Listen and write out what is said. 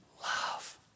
love